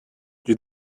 you